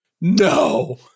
No